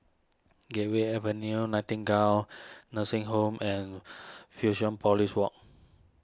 Gateway Avenue Nightingale Nursing Home and Fusionopolis Walk